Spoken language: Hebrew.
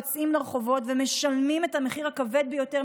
יוצאים לרחובות ומשלמים את המחיר הכבד ביותר,